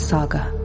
Saga